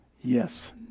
Yes